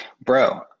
Bro